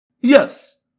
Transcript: Yes